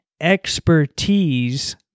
expertise